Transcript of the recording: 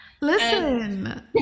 listen